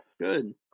Good